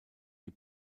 die